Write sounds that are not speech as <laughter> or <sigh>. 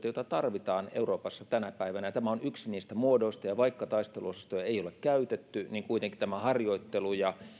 <unintelligible> jota tarvitaan euroopassa tänä päivänä tämä on yksi niistä muodoista ja vaikka taisteluosastoja ei ole käytetty kuitenkin tämä harjoittelu ja